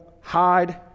hide